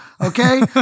okay